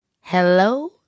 hello